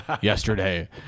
yesterday